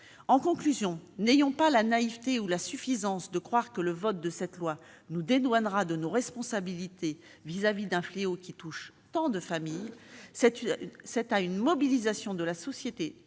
victime. N'ayons pas la naïveté ou la suffisance de croire que l'adoption de cette loi nous dédouanera de nos responsabilités à l'égard d'un fléau qui touche tant de familles. C'est à une mobilisation de la société